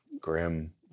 Grim